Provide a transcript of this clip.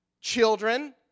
children